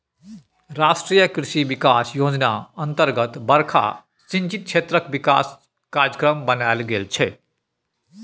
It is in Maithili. राष्ट्रीय कृषि बिकास योजना अतर्गत बरखा सिंचित क्षेत्रक बिकासक कार्यक्रम बनाएल गेल छै